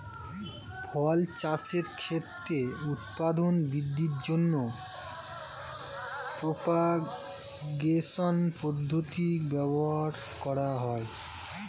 ফল চাষের ক্ষেত্রে উৎপাদন বৃদ্ধির জন্য প্রপাগেশন পদ্ধতি ব্যবহার করা হয়